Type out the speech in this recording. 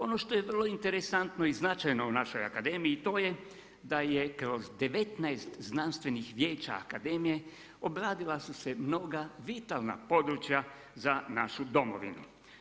Ono što je vrlo interesantno i značajno u našoj akademiji i to je da je kroz 19 znanstvenih vijeća akademije obradila su se mnoga vitalna područja za našu domovinu.